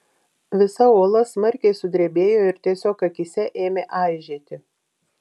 visa uola smarkiai sudrebėjo ir tiesiog akyse ėmė aižėti